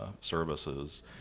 services